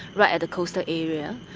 right at the coastal area.